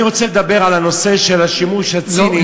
אני רוצה לדבר על הנושא של השימוש הציני,